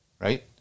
right